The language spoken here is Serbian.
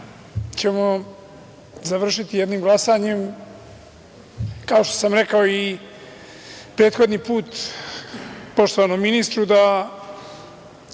ćemo završiti jednim glasanjem. Kao što sam rekao prethodni put poštovanom ministru da